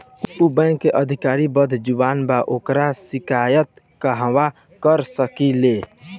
उ बैंक के अधिकारी बद्जुबान बा ओकर शिकायत कहवाँ कर सकी ले